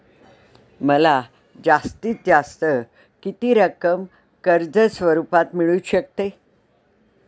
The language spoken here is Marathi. मला जास्तीत जास्त किती रक्कम कर्ज स्वरूपात मिळू शकते?